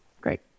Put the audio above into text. Great